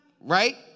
Right